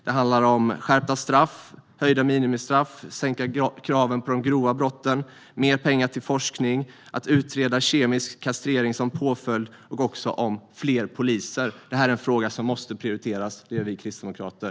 Det handlar om skärpta straff, höjda minimistraff, sänkta krav för att brott ska räknas som grova, mer pengar till forskning och att utreda kemisk kastrering som påföljd. Det handlar också om fler poliser. Det här är en fråga som måste prioriteras. Det gör vi kristdemokrater.